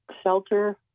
shelter